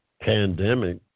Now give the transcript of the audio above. pandemic